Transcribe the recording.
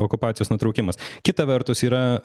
okupacijos nutraukimas kita vertus yra